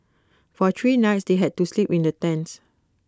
for three nights they had to sleep in the tents